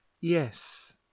yes